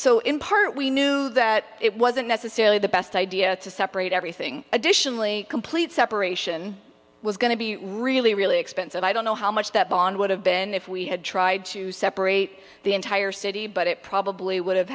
so in part we knew that it wasn't necessarily the best idea to separate everything additionally complete separation was going to be really really expensive i don't know how much that bond would have been if we had tried to separate the entire city but it probably would have